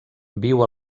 viu